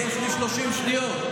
יש לי 30 שניות.